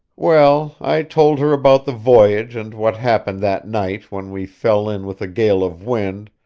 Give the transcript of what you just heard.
well, i told her about the voyage and what happened that night when we fell in with a gale of wind,